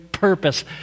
purpose